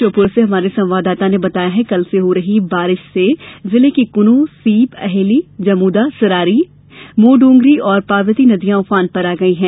श्योपुर से हमारे संवाददाता ने बताया है कि कल से हो रही बारिश से जिले की कूनो सीप अहेली जमूदा सरारी मोरडोंगरी और पार्वती नदियां उफान पर आ गई हैं